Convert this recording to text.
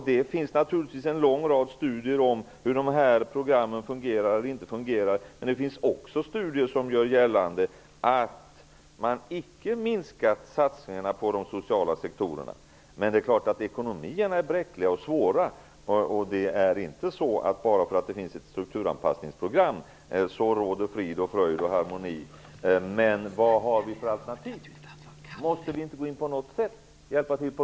Det finns naturligtvis en lång rad studier om hur dessa program fungerar eller inte fungerar, men det finns också studier som gör gällande att satsningarna på de sociala sektorerna icke minskar. Det är klart att ekonomierna är bräckliga och svåra. Det är inte så att det råder frid och fröjd och harmoni bara för att det finns ett strukturanpassningsprogram. Vad har vi för alternativ? Måste vi inte gå in på något sätt och hjälpa till?